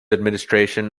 administration